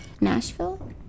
Nashville